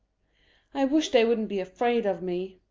i wish they wouldn't be afraid of me,